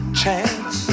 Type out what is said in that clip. chance